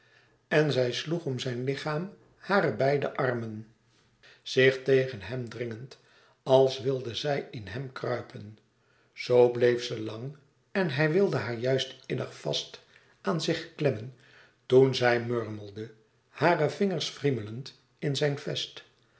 en zij sloeg om zijn lichaam hare beide armen zich tegen hem dringend als wilde zij in hem kruipen zoo bleef ze lang en hij wilde haar juist innig vast aan zich klemmen toen zij murmelde hare vingers wriemelend in zijn vest